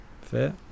Fair